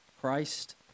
Christ